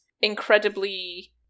incredibly